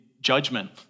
judgment